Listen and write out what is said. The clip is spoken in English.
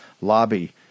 lobby